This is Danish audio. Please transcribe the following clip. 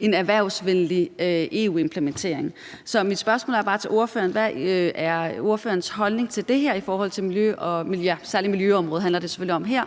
en erhvervsvenlig EU-implementering. Så mit spørgsmål til ordføreren er bare: Hvad er ordførerens holdning til det her, særlig på miljøområdet, som det handler om her?